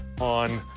on